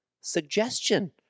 suggestion